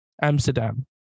Amsterdam